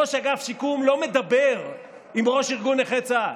ראש אגף שיקום לא מדבר עם ראש ארגון נכי צה"ל.